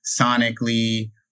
sonically